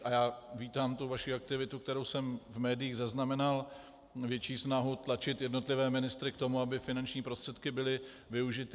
A já vítám vaši aktivitu, kterou jsem v médiích zaznamenal, větší snahu tlačit jednotlivé ministry k tomu, aby finanční prostředky byly využity.